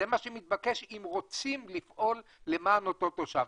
זה מה שמתבקש אם רוצים לפעול למען אותו תושב.